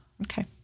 Okay